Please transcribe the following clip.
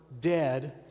dead